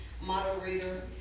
moderator